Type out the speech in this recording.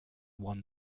won